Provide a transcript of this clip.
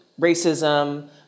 racism